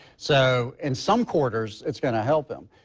so in some quarters it's going to help them.